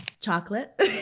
Chocolate